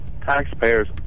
taxpayers